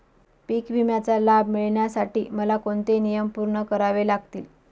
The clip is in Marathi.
पीक विम्याचा लाभ मिळण्यासाठी मला कोणते नियम पूर्ण करावे लागतील?